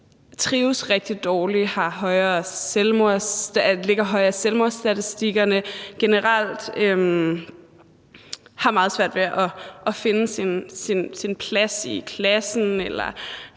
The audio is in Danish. trives rigtig dårligt, ligger højere i selvmordsstatistikkerne og generelt har meget svært ved at finde deres plads i klassen,